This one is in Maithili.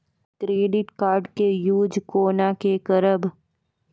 क्रेडिट कार्ड के यूज कोना के करबऽ?